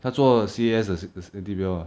他做 C_A_S as as A_T_P_L ah